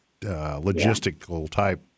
logistical-type